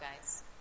guys